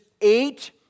eight